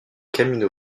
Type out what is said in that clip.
camino